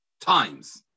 times